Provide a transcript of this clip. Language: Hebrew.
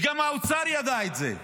וגם האוצר ידע את זה,